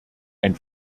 ein